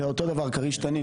ואותו דבר כריש-תנין.